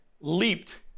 leaped